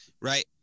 right